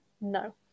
No